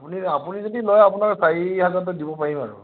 আপুনি আপুনি যদি লয় আপোনাৰ চাৰি হেজাৰতে দিব পাৰিম আৰু